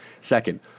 Second